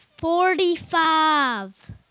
Forty-five